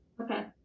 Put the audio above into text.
Okay